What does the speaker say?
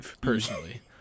personally